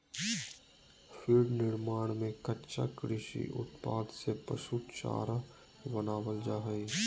feed निर्माण में कच्चा कृषि उत्पाद से पशु चारा बनावल जा हइ